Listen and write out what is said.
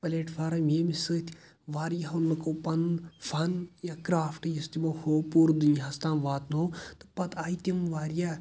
platform ییٚمہِ سۭتۍ واریاہو لُکو پنُن فن یا کرٛافٹ یُس تِمو ہوو پوٗرٕ دُنیہس تام واتنوو تہٕ پتہٕ آیہِ تِم واریاہ